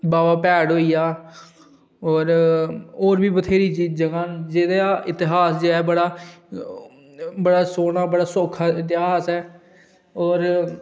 बावा भैड़ होइया होर बी बथ्होरियां जगहां न जेह्दा इतिहास जो बड़ा सोह्ना बड़ा सौखा इतिहास ऐ होर